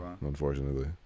unfortunately